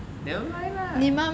nevermind lah